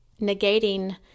negating